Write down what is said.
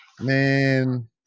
man